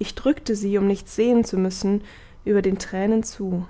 ich drückte sie um nichts sehen zu müssen über den tränen zu